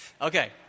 Okay